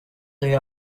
they